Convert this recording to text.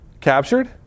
captured